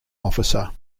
officer